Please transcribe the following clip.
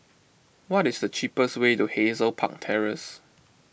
what is the cheapest way to Hazel Park Terrace